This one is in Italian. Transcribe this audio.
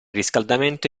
riscaldamento